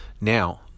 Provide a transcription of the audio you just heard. now